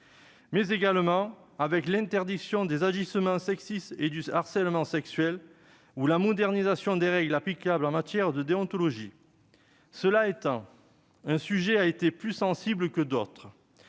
ainsi évoquer l'interdiction des agissements sexistes et du harcèlement sexuel ou la modernisation des règles applicables en matière de déontologie. Mais un sujet a été plus sensible que d'autres